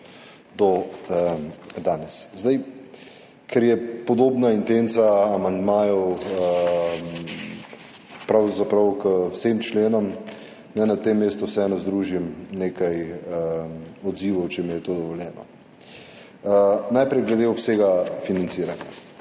do danes. Zdaj, ker je podobna intenca amandmajev pravzaprav k vsem členom, naj na tem mestu vseeno združim nekaj odzivov, če mi je to dovoljeno. Najprej glede obsega financiranja.